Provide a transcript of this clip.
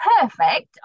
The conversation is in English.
perfect